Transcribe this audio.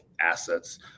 assets